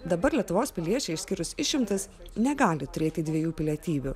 dabar lietuvos piliečiai išskyrus išimtis negali turėti dviejų pilietybių